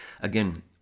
again